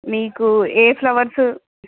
మీకు ఏ ఫ్లవర్సు